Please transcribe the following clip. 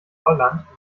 lolland